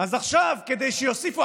אז עכשיו כדי שיוסיפו,